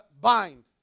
bind